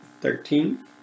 Thirteen